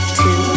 two